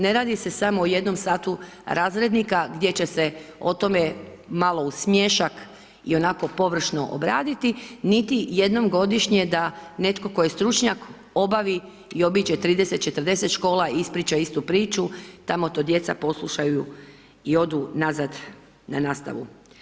Ne radi se samo o jednom satu razrednika gdje će se o tome malo u smiješak i onako površno obraditi niti jednom godišnje da netko tko je stručnjak obavi i obiđe 30, 40 škola i ispriča istu priču, tamo to djeca poslušaju i odu nazad na nastavu.